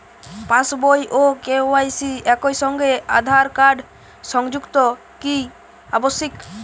পাশ বই ও কে.ওয়াই.সি একই সঙ্গে আঁধার কার্ড সংযুক্ত কি আবশিক?